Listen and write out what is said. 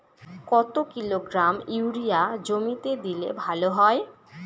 কত kilogram urea জমিতে দিলে ভালো হয়?